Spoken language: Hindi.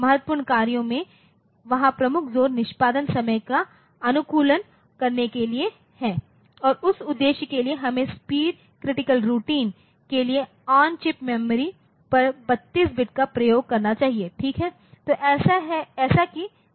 महत्वपूर्ण कार्यों में वहाँ प्रमुख जोर निष्पादन समय का अनुकूलन करने के लिए है और उस उद्देश्य के लिए हमें स्पीड क्रिटिकल रूटीन के लिए आन चिप मेमोरी पर 32 बिट का उपयोग करना चाहिए ठीक है